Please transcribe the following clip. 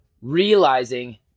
realizing